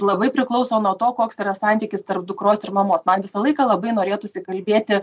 labai priklauso nuo to koks yra santykis tarp dukros ir mamos man visą laiką labai norėtųsi kalbėti